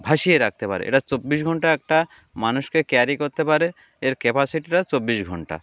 ভাসিয়ে রাখতে পারে এটা চব্বিশ ঘণ্টা একটা মানুষকে ক্যারি করতে পারে এর ক্যাপাসিটিটা চব্বিশ ঘণ্টা